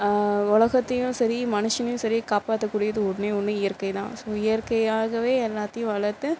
உலகத்தயும் சரி மனுஷனையும் சரி காப்பாற்ற கூடியது ஒன்றே ஒன்று இயற்கைதான் ஸோ இயற்கையாகவே எல்லாத்தைம் வளர்த்து